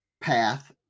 path